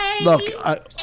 Look